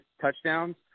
touchdowns